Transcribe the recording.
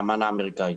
האמנה האמריקאית.